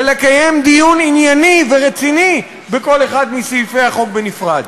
ולקיים דיון ענייני ורציני בכל אחד מסעיפי החוק בנפרד.